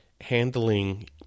handling